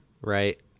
right